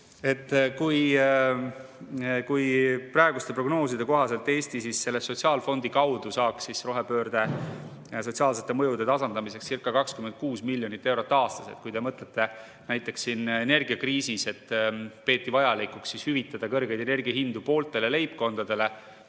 Praeguste prognooside kohaselt saaks Eesti sotsiaalfondi kaudu rohepöörde sotsiaalsete mõjude tasandamisekscirca26 miljonit eurot aastas. Kui te mõtlete, näiteks siin energiakriisis peeti vajalikuks hüvitada kõrgeid energiahindu pooltele leibkondadele,